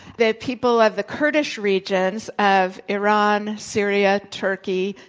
the people of the kurdish regions of iran, syria, turkey,